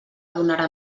donara